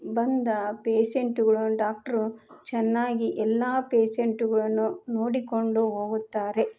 ಬಂದ ಪೇಸೆಂಟುಗಳನ್ ಡಾಕ್ಟ್ರು ಚೆನ್ನಾಗಿ ಎಲ್ಲ ಪೇಸೆಂಟುಗಳನ್ನು ನೋಡಿಕೊಂಡು ಹೋಗುತ್ತಾರೆ